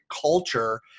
culture